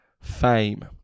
fame